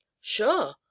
Sure